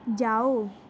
ਜਾਓ